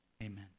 Amen